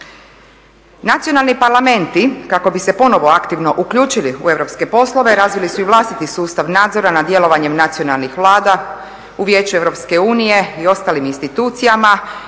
Nacionalni parlamenti kako bi se ponovno aktivno uključili u europske poslove razvili su i vlastiti sustav nadzora nad djelovanjem nacionalnih vlada u Vijeću Europske unije i ostalim institucijama